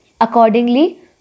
Accordingly